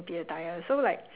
so like